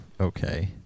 okay